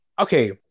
Okay